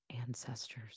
ancestors